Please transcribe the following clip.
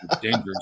dangerous